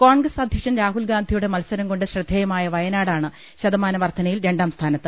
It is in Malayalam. കോൺഗ്രസ് അധ്യക്ഷൻ രാഹുൽഗാന്ധിയുടെ മത്സരം കൊണ്ട് ശ്രദ്ധേയമായ വയനാടാണ് ശതമാന വർധനയിൽ രണ്ടാം സ്ഥാന ത്ത്